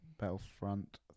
Battlefront